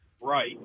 Right